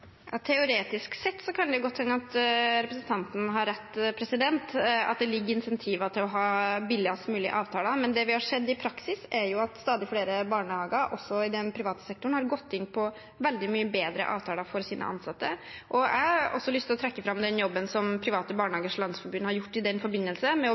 Teoretisk sett kan det godt hende representanten har rett, at det ligger insentiver til å ha billigst mulige avtaler. Men det vi har sett i praksis, er jo at stadig flere barnehager, også i den private sektoren, har gått inn på veldig mye bedre avtaler for sine ansatte. Jeg har også lyst til å trekke fram den jobben som Private Barnehagers Landsforbund har gjort i den forbindelse, med å